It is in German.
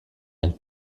ein